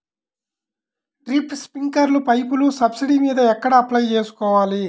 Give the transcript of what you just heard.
Drip, స్ప్రింకర్లు పైపులు subsidy మీద ఎక్కడ అప్లై చేసుకోవాలి?